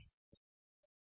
இது ஒரு எடுத்துக்காட்டு